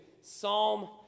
Psalm